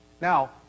Now